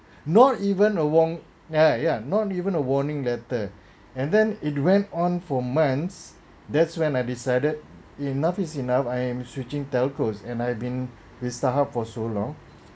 not even a wong ya ya not even a warning letter and then it went on for months that's when I decided enough is enough I am switching telcos and I've been with starhub for so long